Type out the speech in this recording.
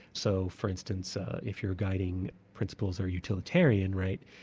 so for instance if your guiding principles are utilitarian, right,